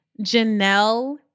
Janelle